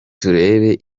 turebe